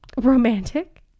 romantic